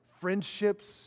friendships